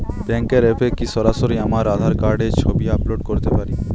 ব্যাংকের অ্যাপ এ কি সরাসরি আমার আঁধার কার্ড র ছবি আপলোড করতে পারি?